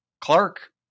Clark